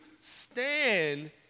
stand